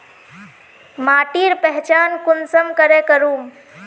माटिर पहचान कुंसम करे करूम?